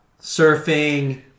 surfing